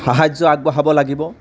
সাহাৰ্য আগবঢ়াব লাগিব